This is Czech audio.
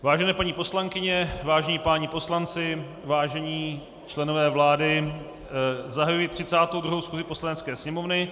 Vážené paní poslankyně, vážení páni poslanci, vážení členové vlády, zahajuji 32. schůzi Poslanecké sněmovny.